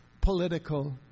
political